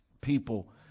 people